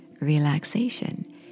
relaxation